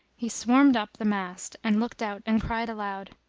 he swarmed up the mast and looked out and cried aloud,